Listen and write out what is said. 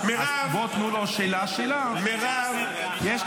פשוטה: כל